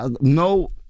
no